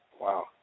wow